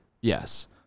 yes